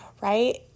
right